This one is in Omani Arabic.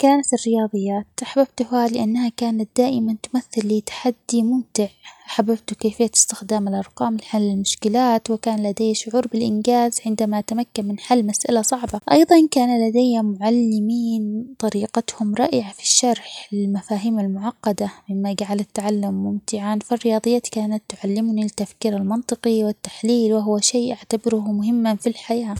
كانت الرياضيات، أحببتها لأنها كانت دائماً تمثل لي تحدي ممتع، أحببت كيفية استخدام الأرقام لحل المشكلات وكان لدي شعور بالإنجاز عندما أتمكن من حل مسألة صعبة، أيضاً كان لدي معلمين طريقتهم رائعة في الشرح المفاهيم المعقدة مما جعل التعلم ممتعاً فالرياضيات كانت تعلمني التفكير المنطقي والتحليل وهو شي أعتبره مهماً في الحياة.